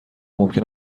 ممکن